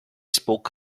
spoke